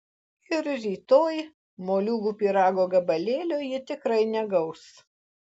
ir rytoj moliūgų pyrago gabalėlio ji tikrai negaus